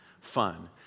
fun